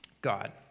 God